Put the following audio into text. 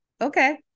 Okay